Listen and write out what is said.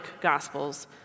Gospels